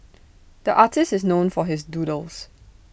the artist is known for his doodles